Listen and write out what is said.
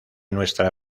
nuestra